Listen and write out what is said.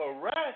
correct